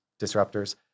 disruptors